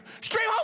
Stream